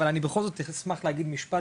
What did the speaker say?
אבל אני בכל זאת אשמח להגיד משפט,